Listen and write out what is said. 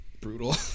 brutal